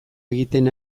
egiten